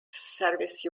service